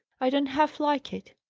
i don't half like it.